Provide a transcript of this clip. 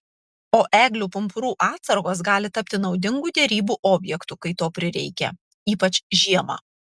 o eglių pumpurų atsargos gali tapti naudingu derybų objektu kai to prireikia ypač žiemą